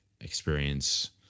experience